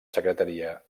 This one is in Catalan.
secretaria